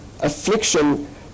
affliction